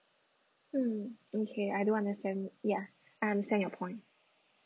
mm okay I do understand ya I understand your point